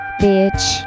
bitch